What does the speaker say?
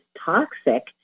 toxic